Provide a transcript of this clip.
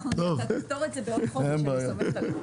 אנחנו נפתור את זה בעוד חודש, אני סומכת עליך.